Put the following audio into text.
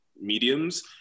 mediums